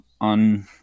on